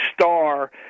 star